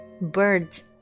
Birds